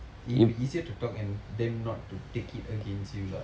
it'll be easier to talk and them not to take it against you lah